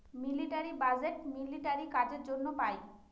military budget military কাজের জন্য পাই